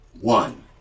one